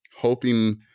hoping